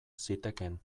zitekeen